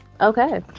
okay